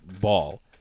Ball